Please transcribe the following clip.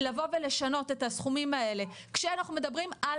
לבוא ולשנות את הסכומים האלה כשאנחנו מדברים על